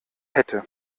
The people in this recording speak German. hätte